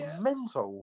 mental